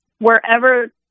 wherever